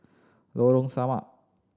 Lorong Samak